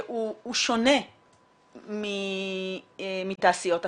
שהוא שונה מתעשיות אחרות.